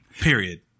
Period